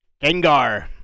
Gengar